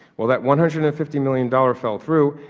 while that one hundred and fifty million dollars fell through,